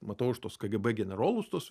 matau aš tuos kgb generolus tuos